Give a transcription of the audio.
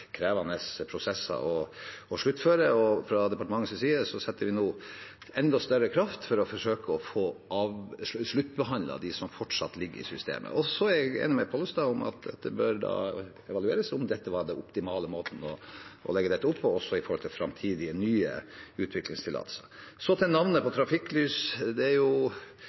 krevende prosesser å sluttføre, og fra departementets side setter vi nå enda større kraft inn på å forsøke å få sluttbehandlet dem som fortsatt ligger i systemet. Så er jeg enig med representanten Pollestad i at man bør evaluere om dette var den optimale måten å legge det opp på, også med tanke på framtidige, nye utviklingstillatelser. Når det gjelder navnet «trafikklys», synes jeg som fiskeriminister egentlig at det er